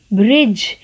bridge